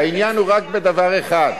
העניין הוא רק דבר אחד.